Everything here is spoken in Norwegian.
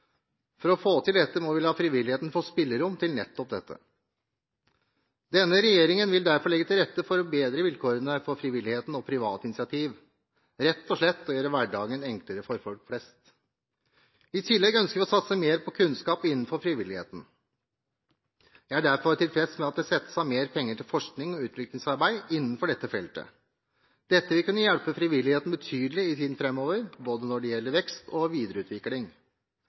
For å få til dette må vi la frivilligheten få spillerom til nettopp dette. Denne regjeringen vil derfor legge til rette for å bedre vilkårene for frivilligheten og private initiativ – rett og slett å gjøre hverdagen enklere for folk flest. I tillegg ønsker vi å satse mer på kunnskap innenfor frivilligheten. Jeg er derfor tilfreds med at det settes av mer penger til forsknings- og utviklingsarbeid innenfor dette feltet. Det vil kunne hjelpe frivilligheten betydelig i tiden framover når det gjelder både vekst og videreutvikling.